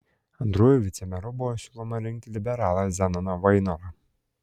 antruoju vicemeru bus siūloma rinkti liberalą zenoną vainorą